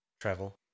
Travel